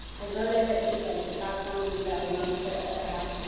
i wrote ah it, we decided to crowdfund. we got a loan for the other half.